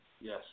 Yes